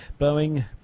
Boeing